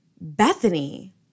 Bethany